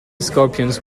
scorpions